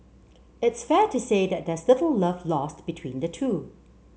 it's fair to say that there's little love lost between the two